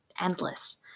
endless